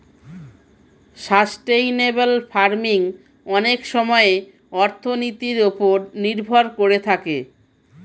sustainable farming অনেক সময়ে অর্থনীতির ওপর নির্ভর করে থাকে